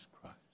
Christ